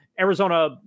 Arizona